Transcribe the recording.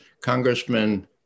Congressman